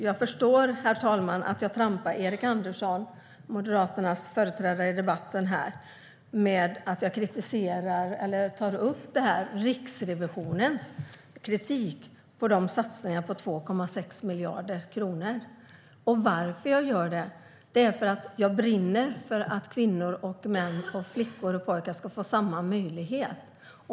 Jag förstår att jag trampade Erik Andersson, Moderaternas företrädare i debatten, på tårna när jag tog upp Riksrevisionens kritik mot satsningarna på 2,6 miljarder kronor. Varför jag kritiserade detta är för att jag brinner för att kvinnor och män, flickor och pojkar ska få samma möjlighet.